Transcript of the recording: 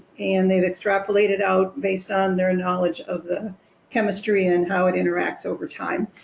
and they've extrapolated out based on their knowledge of the chemistry and how it interacts over time.